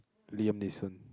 Liam-Neeson